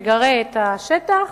מגרה את השטח